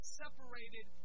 separated